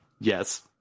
Yes